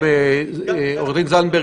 או ממך עורך-הדין זנדברג: